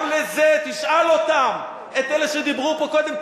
גם על זה תשאל אותם, את אלה שדיברו פה קודם.